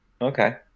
Okay